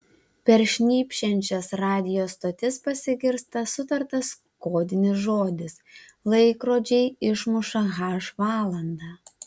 per šnypščiančias radijo stotis pasigirsta sutartas kodinis žodis laikrodžiai išmuša h valandą